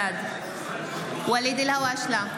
בעד ואליד אלהואשלה,